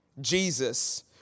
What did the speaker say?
Jesus